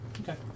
Okay